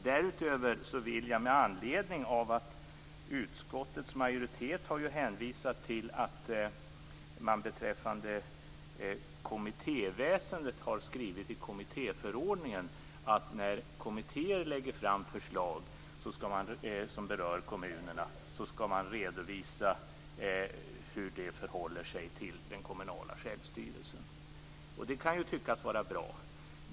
Därutöver vill jag ställa en fråga med anledning av att utskottets majoritet har hänvisat till att man beträffande kommittéväsendet har skrivit i kommittéförordningen att när kommittéer lägger fram förslag som berör kommunerna skall man redovisa hur det förhåller sig till den kommunala självstyrelsen. Det kan tyckas vara bra.